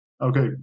Okay